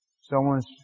someone's